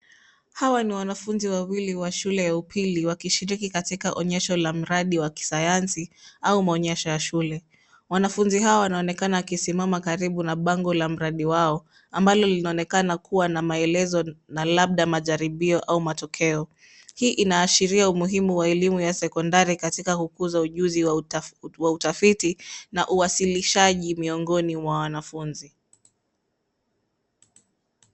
Hawa ni wanafunzi wawili wa shule ya upili wakishiriki katika onyesho la mradi wa kisayansi au maonyesho ya shule. Wanafunzi hawa wanaonekana wakisimama karibu na bango la mradi wao, ambalo linaonekana kuwa na maelezo na labda majaribio au matokeo. Hii inaashiria umuhimu wa elimu ya sekondari katika kukuza ujuzi wa utafiti na uwasilishaji miongoni mwa wanafunzi.